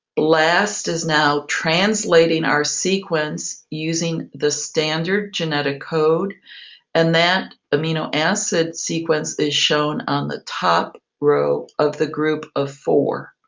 blast is now translating our sequence using the standard genetic code and that amino acid sequence is shown on the top row of the group of four.